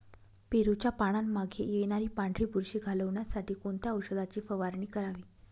पेरूच्या पानांमागे येणारी पांढरी बुरशी घालवण्यासाठी कोणत्या औषधाची फवारणी करावी?